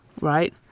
right